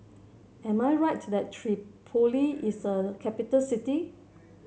am I right that Tripoli is a capital city